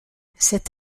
cette